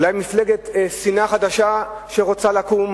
אולי מפלגת שנאה חדשה שרוצה לקום,